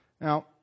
Now